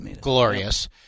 glorious